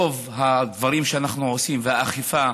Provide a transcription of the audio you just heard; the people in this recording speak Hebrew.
רוב הדברים שאנחנו עושים והאכיפה,